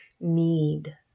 need